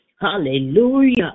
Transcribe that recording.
Hallelujah